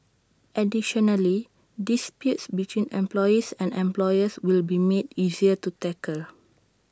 additionally disputes between employees and employers will be made easier to tackle